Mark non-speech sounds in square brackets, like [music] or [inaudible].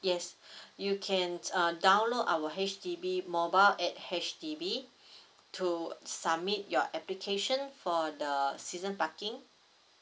yes [breath] you can uh download our H_D_B mobile at H_D_B [breath] to submit your application for the season parking